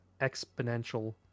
exponential